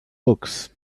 books